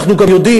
אנחנו גם יודעים